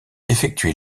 effectué